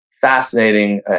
fascinating